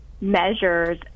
measures